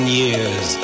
years